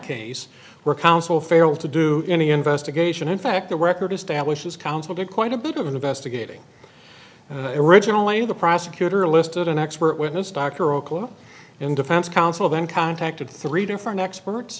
case where counsel failed to do any investigation in fact the record establishes counsel did quite a bit of investigating originally the prosecutor listed an expert witness dr okola and defense counsel then contacted three different experts